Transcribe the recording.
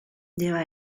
lleva